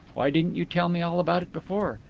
why didn't you tell me all about it before.